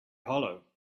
hollow